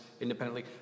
independently